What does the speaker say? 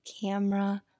camera